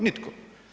Nitko.